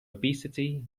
obesity